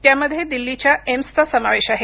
त्यामध्ये दिल्लीच्या एम्सचा समावेश आहे